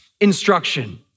instruction